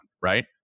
right